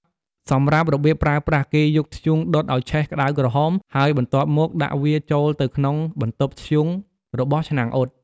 សម្រាប់របៀបប្រើប្រាស់ គេយកធ្យូងដុតឲ្យឆេះក្តៅក្រហម ហើយបន្ទាប់មកដាក់វាចូលទៅក្នុងបន្ទប់ធ្យូងរបស់ឆ្នាំងអ៊ុត។